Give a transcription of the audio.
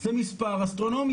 זה מספר אסטרונומי.